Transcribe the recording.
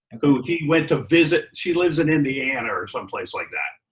who he went to visit. she lives in indiana or someplace like that.